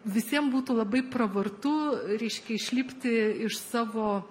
visiem būtų labai pravartu reiškia išlipti iš savo